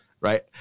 right